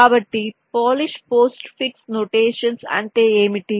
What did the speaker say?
కాబట్టి Polish postfix notations అంటే ఏమిటి